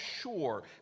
sure